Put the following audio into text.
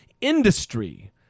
industry